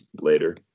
later